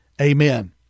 Amen